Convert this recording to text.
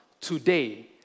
today